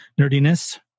nerdiness